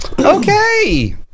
Okay